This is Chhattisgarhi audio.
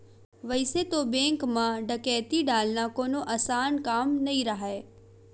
वइसे तो बेंक म डकैती डालना कोनो असान काम नइ राहय